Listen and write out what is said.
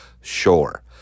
sure